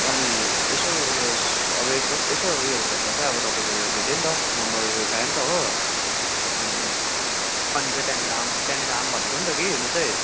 अनि यसो उयो अब यस्तो यसो उयोहरू खोज्दा चाहिँ अब तपाईँको उयो भेटेँ नि त नम्बर उयो पाएँ नि त हो अनि अनि चाहिँ त्यहाँनेर आऊँ भनेको नि त कि म चाहिँ